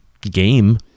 game